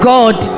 God